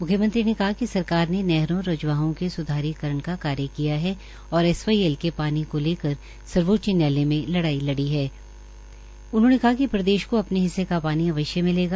म्ख्यमंत्री ने कहा कि सरकार सरकार ने नहरों रजवाहों के सुधारीकरण का कार्य किया है और एसवाईएल के पानी को लेकर सर्वोच्च न्यायालय मे लड़ाई लड़ी है उन्होंनें कहा कि प्रदेश को अपने हिस्से का पानी अवश्य मिलेगा